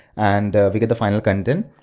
and we get the final content.